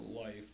life